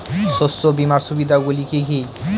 শস্য বিমার সুবিধাগুলি কি কি?